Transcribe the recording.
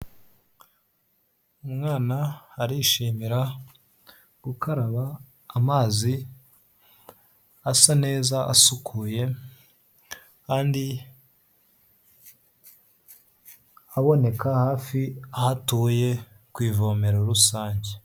Umwana arishimira gukaraba amazi asa neza asukuye, kandi aboneka hafi aho atuye ku ivomero rusange.